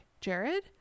Jared